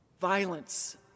violence